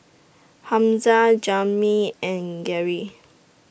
Hamza Jamey and Gary